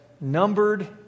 numbered